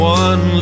one